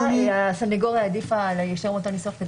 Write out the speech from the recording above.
הסנגוריה העדיפה להשאיר אותה לסוף.